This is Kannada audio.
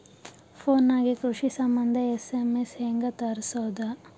ಫೊನ್ ನಾಗೆ ಕೃಷಿ ಸಂಬಂಧ ಎಸ್.ಎಮ್.ಎಸ್ ಹೆಂಗ ತರಸೊದ?